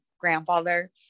grandfather